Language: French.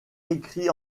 écrit